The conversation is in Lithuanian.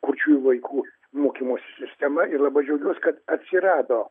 kurčiųjų vaikų mokymosi sistemą ir labai džiaugiuosi kad atsirado